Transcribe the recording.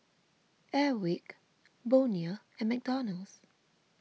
Airwick Bonia and McDonald's